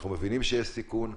אנחנו מבינים שיש סיכון,